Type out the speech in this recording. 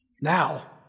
Now